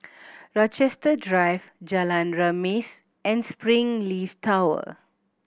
Rochester Drive Jalan Remis and Springleaf Tower